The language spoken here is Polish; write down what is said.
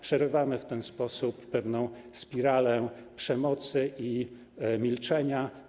Przerywamy w ten sposób pewną spiralę przemocy i milczenia.